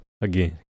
Again